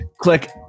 Click